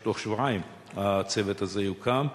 שתוך שבועיים הצוות הזה יוקם,